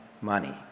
money